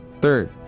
Third